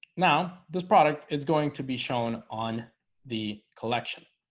now this product is going to be shown on the collection